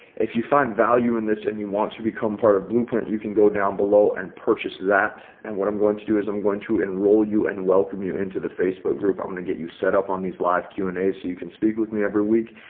if you find value in this and you want to become part of blueprint, you can go down below and purchase that. and what i'm going to do is i'm going to enroll you and welcome you into the facebook group. i'm going to get you set up on these live q and a so you can speak with me every week,